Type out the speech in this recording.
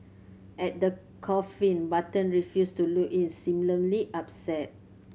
at the coffin Button refused to look in seemingly upset